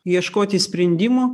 ieškoti sprendimų